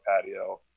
patio